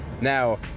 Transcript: Now